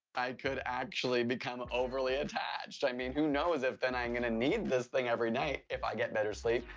i could actually become overly attached. i mean, who knows if then i'm gonna need this thing every night if i get better sleep,